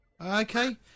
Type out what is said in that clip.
Okay